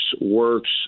works